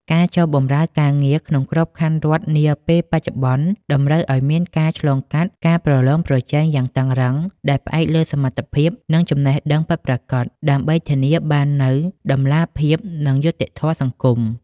ការចូលបម្រើការងារក្នុងក្របខ័ណ្ឌរដ្ឋនាពេលបច្ចុប្បន្ន តម្រូវឱ្យមានការឆ្លងកាត់ការប្រឡងប្រជែងយ៉ាងតឹងរ៉ឹង ដែលផ្អែកលើសមត្ថភាព និងចំណេះដឹងពិតប្រាកដ ដើម្បីធានាបាននូវតម្លាភាព និងយុត្តិធម៌សង្គម។